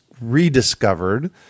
rediscovered